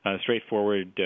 straightforward